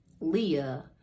Leah